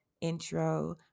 intro